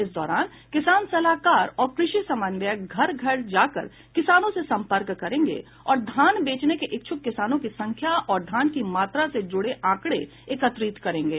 इस दौरान किसान सलाहकार और कृषि समन्वयक घर घर जा कर किसानों से सम्पर्क करेंगे और धान बेचने के इच्छुक किसानों की संख्या और धान की मात्रा से जुड़े आंकड़े एकत्रित करेंगे